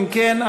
אם כן,